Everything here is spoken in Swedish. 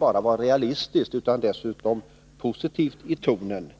var realistisk och dessutom positiv i tonen.